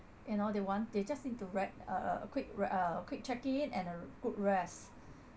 you know they want they just need to wrap uh a quick uh a quick check in and a good rest